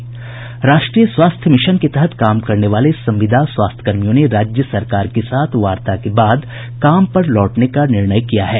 राष्ट्रीय स्वास्थ्य मिशन के तहत काम करने वाले संविदा स्वास्थ्य कर्मियों ने राज्य सरकार के साथ वार्ता के बाद काम पर लौटने का निर्णय किया है